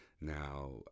Now